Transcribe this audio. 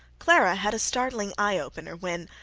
clara had a startling eyeopener when,